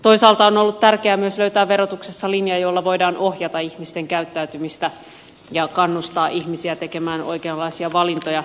toisaalta on ollut tärkeää myös löytää verotuksessa linja jolla voidaan ohjata ihmisten käyttäytymistä ja kannustaa ihmisiä tekemään oikeanlaisia valintoja